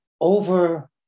over